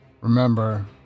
Remember